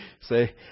Say